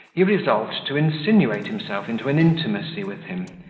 he resolved to insinuate himself into an intimacy with him,